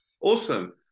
Awesome